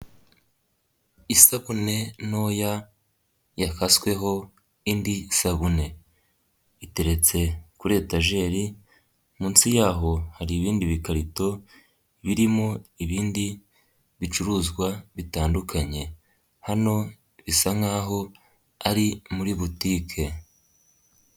Isabune ntoya yakasweho indi sabune iteretse kuri etajeri munsi yaho hari ibindi bi bikarito birimo ibindi bicuruzwa bitandukanye hano bisa nkaho ari muri butike.